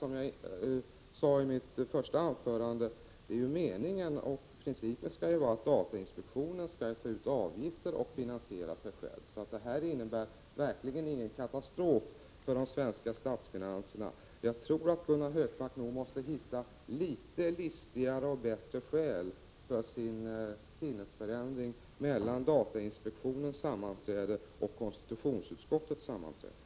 Som jag sade i mitt första anförande skall principen vara att datainspektionen skall ta ut avgifter och finansiera sig själv. De två tjänsterna innebär därför inte någon katastrof för de svenska statsfinanserna. Jag tror att Gunnar Hökmark måste hitta något listigare och bättre skäl för den sinnesförändring som skedde hos honom mellan datainspektionens sammanträde och konstitutionsutskottets sammanträde.